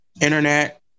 internet